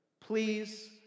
Please